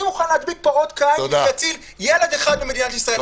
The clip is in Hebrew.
אני מוכן להדביק על עצמי אות קין כדי להציל ילד אחד במדינת ישראל.